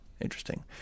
Interesting